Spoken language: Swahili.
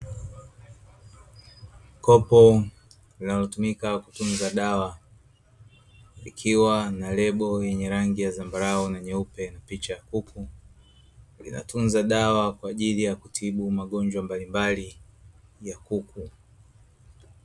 Kopo linalotumika kutunza dawa, likiwa na lebo yenye rangi ya zambarau na nyeupe, yenye picha ya kuku. Inatunza dawa kwa ajili ya kutibu magonjwa mbalimbali ya kuku.